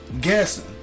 guessing